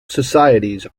societies